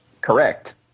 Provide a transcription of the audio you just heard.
Correct